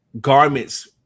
garments